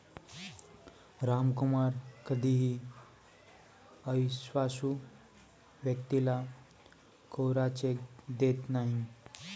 रामकुमार कधीही अविश्वासू व्यक्तीला कोरा चेक देत नाही